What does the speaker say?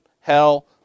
hell